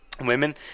Women